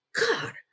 God